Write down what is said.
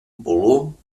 volum